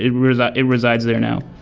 it resides it resides there now.